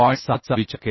6 चा विचार केला आहे